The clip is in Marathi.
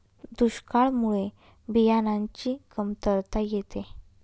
दुष्काळामुळे बियाणांची कमतरता येते